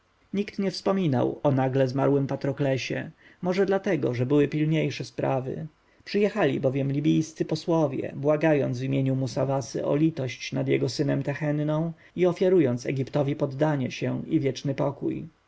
nikt nie wspominał o nagle zmarłym patroklesie może dlatego że były pilniejsze sprawy przyjechali bowiem libijscy posłowie błagając w imieniu musawasy o litość nad jego synem tehenną i ofiarując egiptowi poddanie się i wieczny spokój